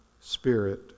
spirit